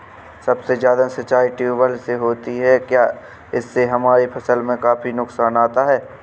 सबसे ज्यादा सिंचाई ट्यूबवेल से होती है क्या इससे हमारे फसल में काफी नुकसान आता है?